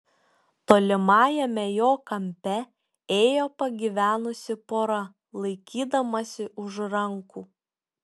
tolimajame jo kampe ėjo pagyvenusi pora laikydamasi už rankų